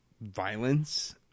violence